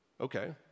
Okay